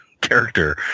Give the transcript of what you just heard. character